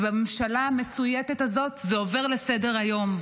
ובממשלה המסויטת הזאת זה עובר לסדר-היום.